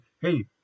Hey